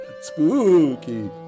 Spooky